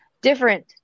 different